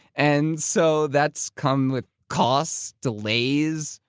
and so, that's come with costs, delays,